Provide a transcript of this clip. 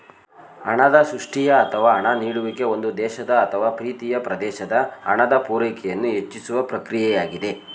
ಹಣದ ಸೃಷ್ಟಿಯ ಅಥವಾ ಹಣ ನೀಡುವಿಕೆ ಒಂದು ದೇಶದ ಅಥವಾ ಪ್ರೀತಿಯ ಪ್ರದೇಶದ ಹಣದ ಪೂರೈಕೆಯನ್ನು ಹೆಚ್ಚಿಸುವ ಪ್ರಕ್ರಿಯೆಯಾಗಿದೆ